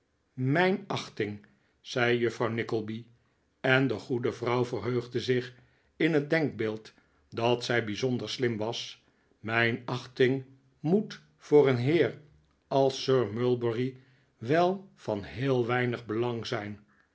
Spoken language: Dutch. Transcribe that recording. n achting zei juffrouw nickleby en de goede vrouw verheugde zich in het denkbeeld dat zij bijzonder slim was mijn achting moet voor een heer als sir mulberry wel van heel weinig belang zijn